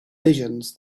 visions